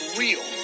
real